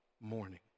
morning